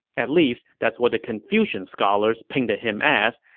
at least, that's what the confucian scholars painted him as,